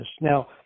Now